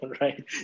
right